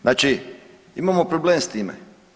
Znači imamo problem s time.